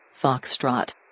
Foxtrot